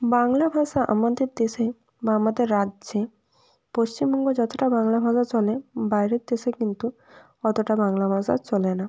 বাংলা ভাষা আমাদের দেশে বা আমাদের রাজ্যে পশ্চিমবঙ্গে যতটা বাংলা ভাষা চলে বাইরের দেশে কিন্তু অতটা বাংলা ভাষা চলে না